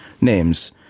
names